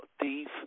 thief